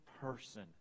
person